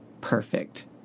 perfect